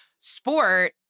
sport